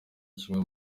kimwe